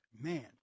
man